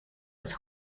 aus